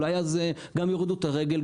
אולי אז גם יורידו את הרגל,